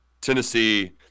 Tennessee